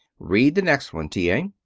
read the next one, t. a.